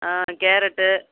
ஆ carrot